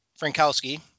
frankowski